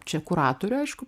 čia kuratorių aišku